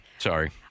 Sorry